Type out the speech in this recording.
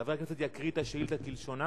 חבר הכנסת יקריא את השאילתא כלשונה.